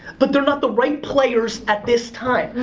but they're not the right players at this time.